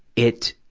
it,